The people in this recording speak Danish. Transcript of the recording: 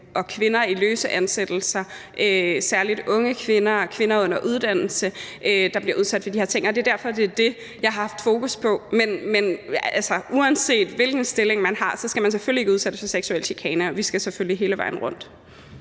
og i løse ansættelser – særlig unge kvinder og kvinder under uddannelse – der bliver udsat for de her ting, og det er derfor, at det er det, jeg har haft fokus på. Men altså, uanset hvilken stilling man har, skal man selvfølgelig ikke udsættes for seksuel chikane, og vi skal selvfølgelig hele vejen rundt.